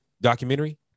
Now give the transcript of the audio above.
documentary